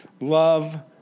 love